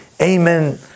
Amen